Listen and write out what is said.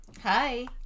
Hi